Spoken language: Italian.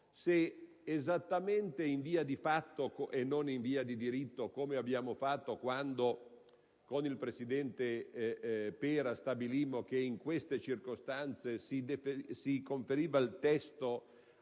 se, esattamente in via di fatto, e non in via di diritto, come abbiamo fatto quando con il presidente Pera stabilimmo che in queste circostanze si conferiva il testo